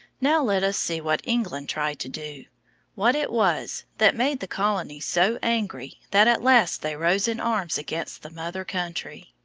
now let us see what england tried to do what it was that made the colonies so angry that at last they rose in arms against the mother country.